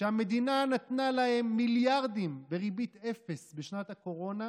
שהמדינה נתנה להם מיליארדים בריבית אפס בשנת הקורונה,